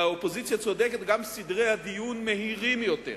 האופוזיציה צודקת, גם סדרי הדיון מהירים יותר,